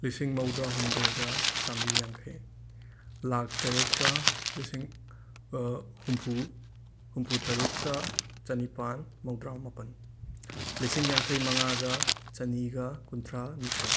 ꯂꯤꯁꯤꯡ ꯃꯧꯗ꯭ꯔꯥꯍꯨꯝꯗꯣꯏꯒ ꯆꯥꯝꯔꯤ ꯌꯥꯡꯈꯩ ꯂꯥꯛ ꯇꯔꯦꯠꯀ ꯂꯤꯁꯤꯡ ꯍꯨꯝꯐꯨ ꯍꯨꯝꯐꯨ ꯇꯔꯨꯛꯀ ꯆꯅꯤꯄꯥꯟ ꯃꯧꯗ꯭ꯔꯥꯃꯥꯄꯟ ꯂꯤꯁꯤꯡ ꯌꯥꯝꯈꯩ ꯃꯉꯥꯒ ꯆꯅꯤꯒ ꯀꯨꯟꯊ꯭ꯔꯥꯅꯤꯊꯣꯏ